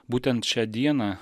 būtent šią dieną